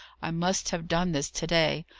i must have done this to-day.